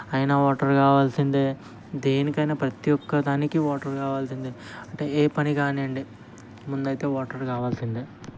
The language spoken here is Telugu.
అయినా వాటర్ కావాల్సిందే దేనికైనా ప్రతి ఒక్క దానికి వాటర్ కావాల్సిందే అంటే ఏ పని కానివ్వండి ముందైతే వాటర్ కావాల్సిందే